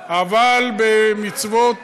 אבל במצוות